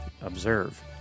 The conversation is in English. observe